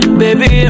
baby